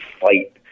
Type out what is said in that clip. fight